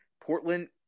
Portland